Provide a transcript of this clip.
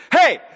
Hey